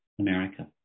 America